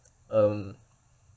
um